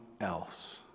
else